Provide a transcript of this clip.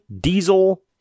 Diesel